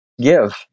Give